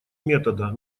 метода